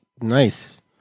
Nice